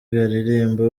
aririmba